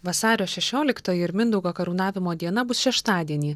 vasario šešioliktoji ir mindaugo karūnavimo diena bus šeštadienį